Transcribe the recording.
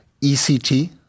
ECT